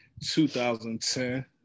2010